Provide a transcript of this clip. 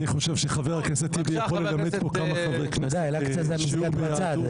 אני חושב שחבר הכנסת טיבי יכול ללמד פה כמה חברי כנסת שיעור ביהדות.